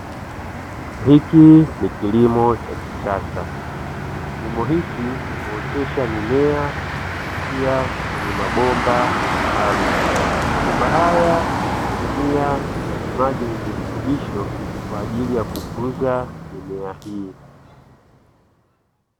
Hiki ni kilimo cha kisasa. Kilimo hiki huotesha mimea kupitia kwenye mabomba maalumu. Mabomba haya hutumia majimaji yenye virutubisho kwa ajili ya kukuza mimea hii.